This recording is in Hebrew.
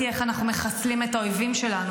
איך אנחנו מחסלים את האויבים שלנו.